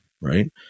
right